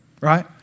right